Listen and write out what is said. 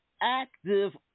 active